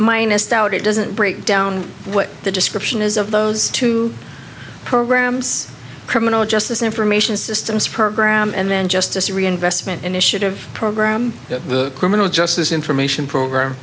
minus out it doesn't break down what the description is of those two programs criminal justice information systems program and then justice reinvestment initiative program the criminal justice